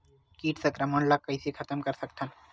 कीट संक्रमण ला कइसे खतम कर सकथन?